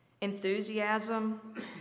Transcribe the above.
enthusiasm